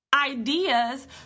ideas